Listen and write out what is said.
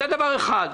זה דבר אחד.